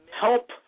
help